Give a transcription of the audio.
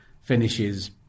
finishes